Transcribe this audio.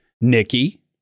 Nikki